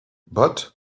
but